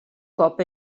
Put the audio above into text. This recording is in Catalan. cop